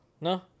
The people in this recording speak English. No